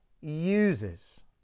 uses